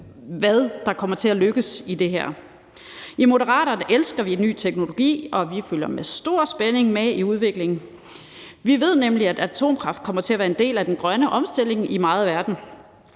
hvad der kommer til at lykkes i det her. I Moderaterne elsker vi ny teknologi, og vi følger med stor spænding med i udviklingen. Vi ved nemlig, at atomkraft kommer til at være en del af den grønne omstilling i meget af verden,